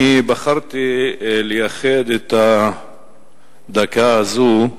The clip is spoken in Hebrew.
אני בחרתי לייחד את הדקה הזו,